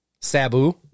Sabu